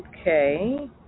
Okay